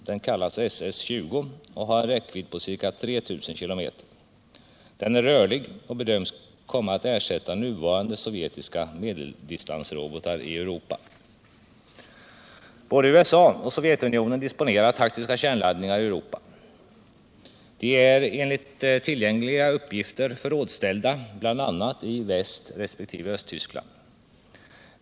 Den kallas SS-20 och har en räckvidd på ca 3 000 km. Den är rörlig och bedöms komma att ersätta nuvarande sovjetiska medeldistansrobotar i Europa. Både USA och Sovjetunionen disponerar taktiska kärnladdningar i Europa. De är enligt tillgängliga uppgifter förrådsställda bl.a. i Västresp. Östtyskland.